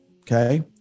okay